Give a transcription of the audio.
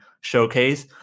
showcase